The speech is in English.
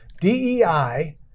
DEI